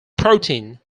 protein